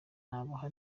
nabaha